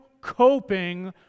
coping